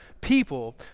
people